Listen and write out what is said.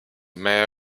mayor